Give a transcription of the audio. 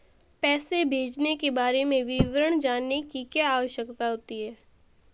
पैसे भेजने के बारे में विवरण जानने की क्या आवश्यकता होती है?